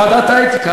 ועדת האתיקה,